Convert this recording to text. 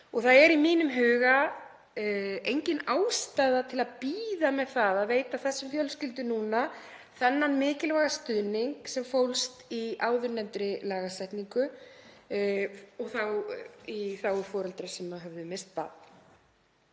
Það er í mínum huga engin ástæða til að bíða með það að veita þessum fjölskyldum núna þennan mikilvæga stuðning sem fólst í áðurnefndri lagasetningu og þá í þágu foreldra sem höfðu misst